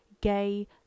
Gay